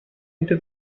into